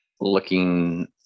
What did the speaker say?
looking